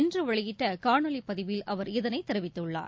இன்றுவெளியிட்டகாணொலிபதிவில் அவர் இதனைதெரிவித்துள்ளார்